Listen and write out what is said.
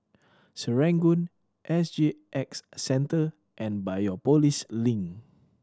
Serangoon S G X Centre and Biopolis Link